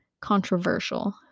controversial